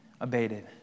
abated